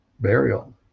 burial